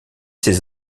ces